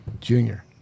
Junior